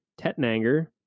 tetnanger